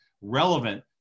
relevant